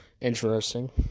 interesting